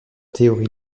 théorie